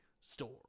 store